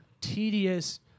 Tedious